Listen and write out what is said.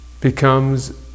becomes